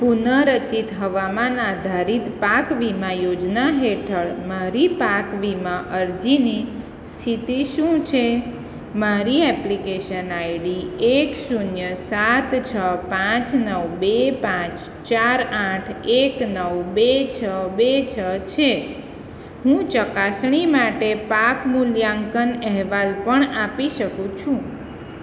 પુન રચિત હવામાન આધારિત પાક વીમા યોજના હેઠળ મારી પાક વીમા અરજીની સ્થિતિ શું છે મારી એપ્લિકેશન આઈડી એક શૂન્ય સાત છ પાંચ નવ બે પાંચ ચાર આઠ એક નવ બે છ બે છ છે હું ચકાસણી માટે પાક મૂલ્યાંકન અહેવાલ પણ આપી શકું છું